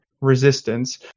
resistance